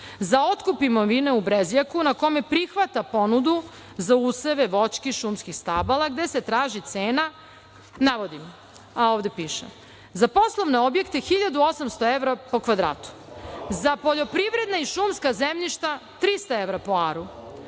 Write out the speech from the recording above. za otkup imovine u Brezjaku, na kome prihvata ponudu za useve, voćke i šumskih stabala, gde se traži cena, navodim, a ovde piše: za poslovne objekte 1800 evra po kvadratu, za poljoprivredna i šumska zemljišta 300 evra po aru,